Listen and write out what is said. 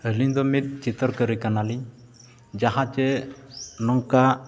ᱟᱹᱞᱤᱧ ᱫᱚ ᱢᱤᱫ ᱪᱤᱛᱨᱚᱠᱟᱹᱨᱤ ᱠᱟᱱᱟᱞᱤᱧ ᱡᱟᱦᱟᱸ ᱪᱮ ᱱᱚᱝᱠᱟ